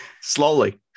Slowly